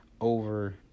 over